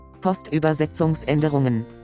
Postübersetzungsänderungen